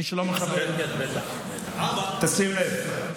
מי שלא מכבד, תשים לב: